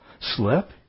slip